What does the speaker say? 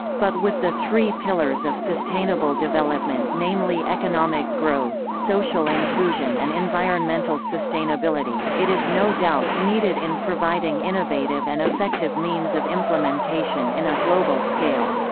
but with the three pillars of sustainable development namely economic growth, social inclusion and environmental sustainability, it is no doubt needed in providing innovative and effective means of implementation in a global scale.